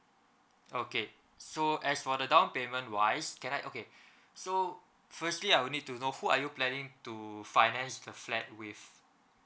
okay so as for the down payment wise can I okay so firstly I will need to know who are you planning to finance the flat with